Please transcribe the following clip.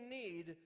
need